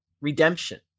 redemption